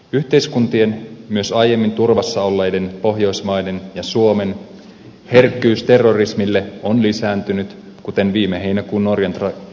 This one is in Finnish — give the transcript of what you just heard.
yhteiskuntien myös aiemmin turvassa olleiden pohjoismaiden ja suomen herkkyys terrorismille on lisääntynyt kuten viime heinäkuun norjan tragediasta nähtiin